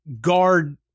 guard